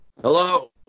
Hello